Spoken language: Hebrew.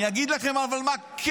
אני אגיד לכם למה כן